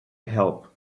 help